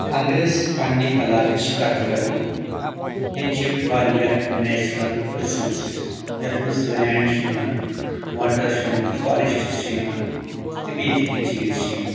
اگر أسۍ پننہِ علاقٕچ کتھ کرو ییٚتہِ چھِ واریاہ نیچرل رِسورسِز یتھ منٛز لینٛڈ چھُ یِوان واٹر چھُ یِوان فاریسٹٕز چھِ یِوان تہٕ بیٚیہِ تہِ کینٛہہ چیٖز چھِ یِوان